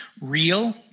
real